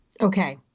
Okay